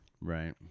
Right